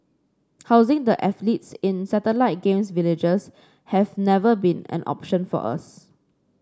housing the athletes in satellite Games Villages has never been an option for us